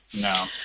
No